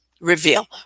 Reveal